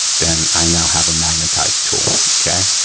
then i now have a magnetized tool, okay.